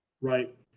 right